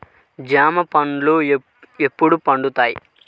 జామ పండ్లు ఎప్పుడు పండుతాయి?